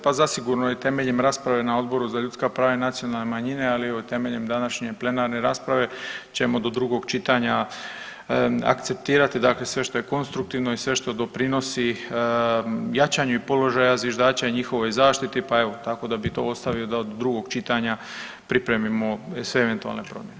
Pa zasigurno je temeljem rasprave na Odboru za ljudska prava i nacionalne manjine, ali evo i temeljem današnje plenarne rasprave ćemo do drugog čitanja akceptirati sve što je konstruktivno i sve što doprinosi jačanju i položaja zviždača i njihovoj zaštiti, pa evo tako da bi to ostavio da do drugog čitanja pripremimo sve eventualne promjene.